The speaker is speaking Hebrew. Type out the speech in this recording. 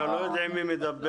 אנחנו לא יודעים מי הדובר.